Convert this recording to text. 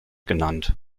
genannt